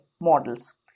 models